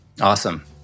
Awesome